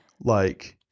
like-